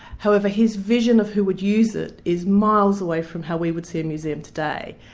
however his vision of who would use it is miles away from how we would see a museum today.